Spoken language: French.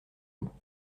loups